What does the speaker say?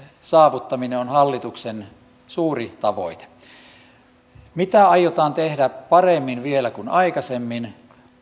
saavuttaminen on hallituksen suuri tavoite se mitä aiotaan tehdä vielä paremmin kuin aikaisemmin